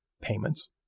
payments